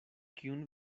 kiun